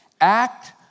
Act